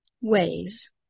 Ways